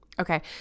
Okay